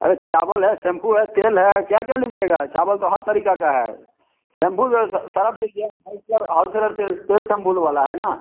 अरे चावल है सेम्पू है तेल है क्या क्या लीजिएगा चावल तो हर तरीका का है सेम्पू तो सरफ लिख दिया हाॅलकर हॉलसेलर तेल तेल सेम्बुल वाला है न